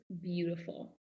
beautiful